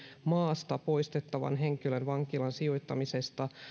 maasta poistettavan henkilön vankilaan sijoittamisesta